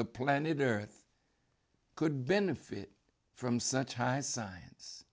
the planet earth could benefit from such high science